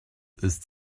ist